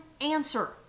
answer